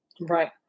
Right